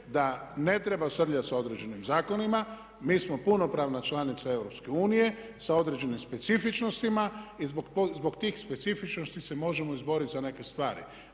da ne treba srljati sa određenim zakonima. Mi smo punopravna članica EU sa određenim specifičnostima i zbog tih specifičnosti se možemo izboriti za neke stvari.